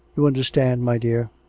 you understand, my dear.